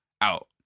out